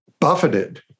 buffeted